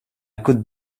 could